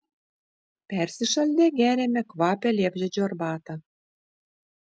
persišaldę geriame kvapią liepžiedžių arbatą